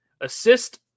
Assist